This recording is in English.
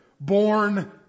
Born